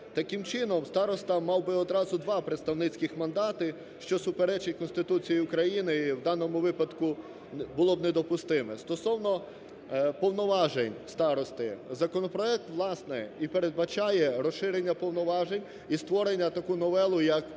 Таким чином староста мав би одразу два представницьких мандати, що суперечить Конституції України і в даному випадку було б недопустимо. Стосовно повноважень старости. Законопроект, власне, і передбачає розширення повноважень і створення таку новелу, як